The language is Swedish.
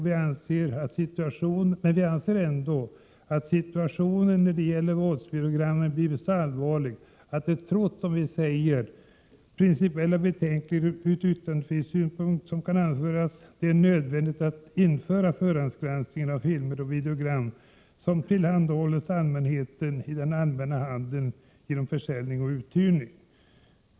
Men vi anser ändå att situationen när det gäller våldsvideogrammen har blivit så allvarlig att det — trots de principiella betänkligheter ur yttrandefrihetssynpunkt som kan anföras — är nödvändigt att införa bestämmelser om förhandsgranskning av filmer och videogram som tillhandahålls allmänheten genom försäljning och uthyrning i den allmänna handeln.